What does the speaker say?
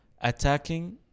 attacking